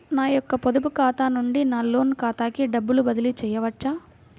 నా యొక్క పొదుపు ఖాతా నుండి నా లోన్ ఖాతాకి డబ్బులు బదిలీ చేయవచ్చా?